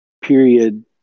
period